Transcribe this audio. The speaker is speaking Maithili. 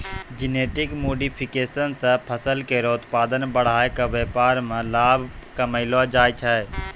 जेनेटिक मोडिफिकेशन सें फसल केरो उत्पादन बढ़ाय क व्यापार में लाभ कमैलो जाय छै